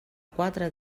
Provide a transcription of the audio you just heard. quatre